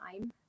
time